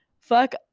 fuck